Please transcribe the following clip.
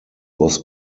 was